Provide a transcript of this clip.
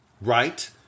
Right